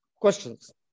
questions